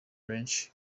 benshi